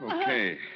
Okay